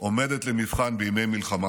עומדת למבחן בימי מלחמה.